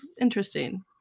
interesting